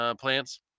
plants